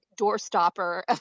doorstopper